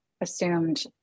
assumed